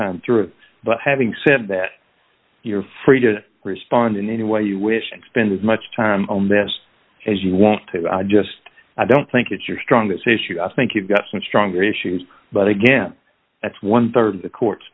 time through but having said that you're free to respond in any way you wish and spend as much time on this as you want to just i don't think it's your strongest issue i think you've got some stronger issues but again that's one rd of the court